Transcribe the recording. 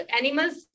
animals